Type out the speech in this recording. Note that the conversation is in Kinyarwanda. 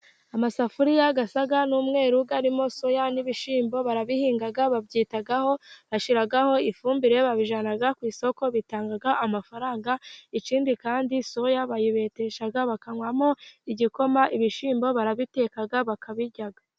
Amasafuriya asa n'umweru arimo soya n'ibishyimbo barabihinga babyitaho bashyiraho ifumbire babijyana ku isoko bitanga amafaranga ikindi kandi soya barayibetesha bakanywamo igikoma, ibishyimbo barabiteka bakabirya.